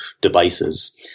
devices